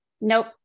Nope